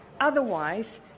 Otherwise